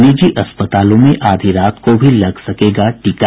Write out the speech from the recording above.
निजी अस्पतालों में आधी रात को भी लग सकेगा टीका